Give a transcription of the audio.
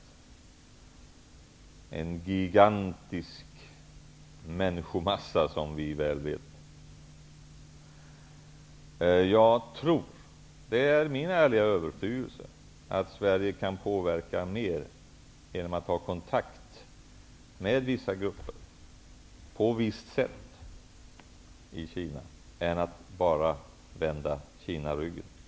Det är en gigantisk människomassa, som vi väl vet. Jag tror -- det är min ärliga övertygelse -- att Sverige kan påverka mer genom att ta kontakt med vissa grupper, och på visst sätt, i Kina än om vi bara vänder Kina ryggen till.